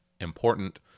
important